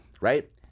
right